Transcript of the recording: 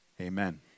Amen